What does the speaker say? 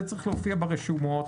זה צריך להופיע ברשומות,